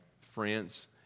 France